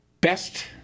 Best